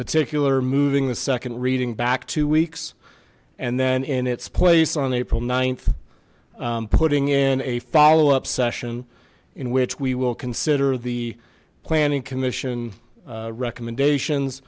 particular moving the second reading back two weeks and then in its place on april th putting in a follow up session in which we will consider the planning commission recommendations